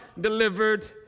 delivered